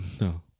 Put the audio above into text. no